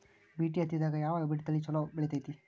BT ಹತ್ತಿದಾಗ ಯಾವ hybrid ತಳಿ ಛಲೋ ಬೆಳಿತೈತಿ?